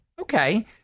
Okay